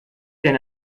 denn